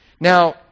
Now